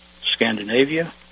Scandinavia